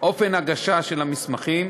אופן ההגשה של המסמכים,